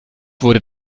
wurde